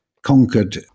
conquered